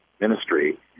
ministry